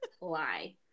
lie